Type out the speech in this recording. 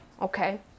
Okay